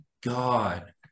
God